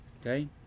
okay